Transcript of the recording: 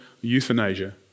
euthanasia